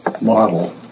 model